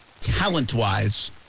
talent-wise